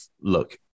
look